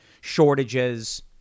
shortages